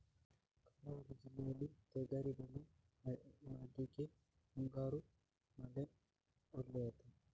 ಕರಾವಳಿ ಜಿಲ್ಲೆಯಲ್ಲಿ ತೊಗರಿಬೇಳೆ ಮಾಡ್ಲಿಕ್ಕೆ ಮುಂಗಾರು ಮಳೆ ಒಳ್ಳೆಯದ?